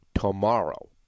tomorrow